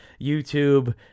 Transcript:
YouTube